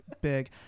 big